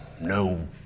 no